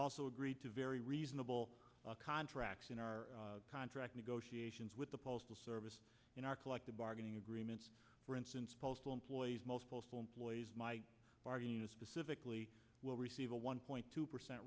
also agreed to very reasonable contracts in our contract negotiations with the postal service in our collective bargaining agreements for instance postal employees most postal employees specifically will receive a one point two percent